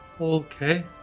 Okay